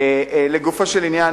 לגופו של עניין,